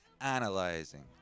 analyzing